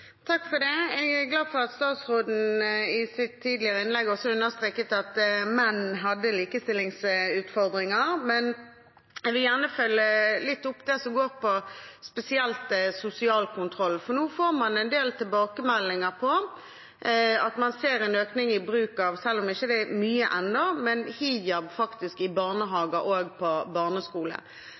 Jeg er glad for at statsråden i sitt tidligere innlegg også understreket at menn hadde likestillingsutfordringer. Men jeg vil gjerne følge litt opp det som handler spesielt om sosial kontroll. Nå får man en del tilbakemeldinger om at man ser en økning – selv om det ikke er mye ennå – i bruk av hijab i barnehager og barneskole.